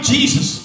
Jesus